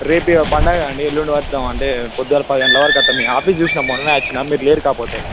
రేపు ఇదిగో పండుగ అండి ఎల్లుండి వద్దాం అంటే పొద్దుగల పది గంటల వరకు వస్తాం మీ ఆఫీస్ చూసిన మొన్ననే వచ్చినా మీరు లేరు కాకపోతే